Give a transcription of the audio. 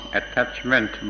attachment